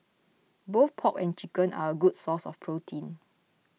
both pork and chicken are a good source of protein